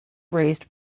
raised